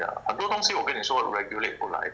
想很多东西 organise or regulate 过来